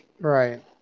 Right